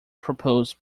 proposed